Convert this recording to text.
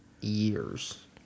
years